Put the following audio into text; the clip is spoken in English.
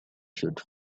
should